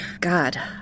God